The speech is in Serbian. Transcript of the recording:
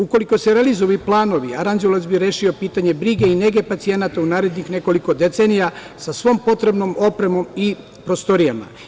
Ukoliko se realizuju ovi planovi, Aranđelovac bi rešio pitanje brige i nege pacijenata u narednih nekoliko decenija sa svom potrebnom opremom i prostorijama.